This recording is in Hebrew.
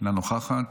אינה נוכחת,